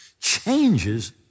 changes